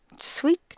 sweet